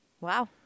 Wow